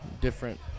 different